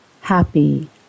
happy